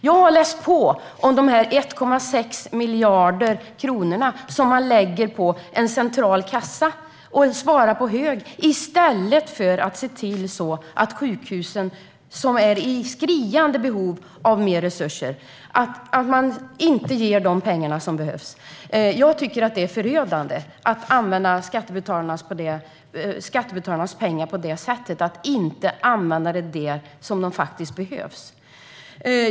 Jag har läst på om de 1,6 miljarder kronor som man lägger i en central kassa och sparar på hög i stället för att se till att sjukhusen, som är i skriande behov av mer resurser, får de pengar som behövs. Jag tycker att det är förödande att skattebetalarnas pengar används på detta sätt och att de inte används där de behövs.